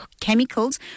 chemicals